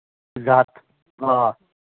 زٕ ہَتھ آ